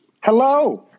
Hello